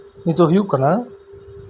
ᱦᱳᱭᱳᱜ ᱠᱟᱱᱟ